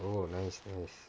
oh nice nice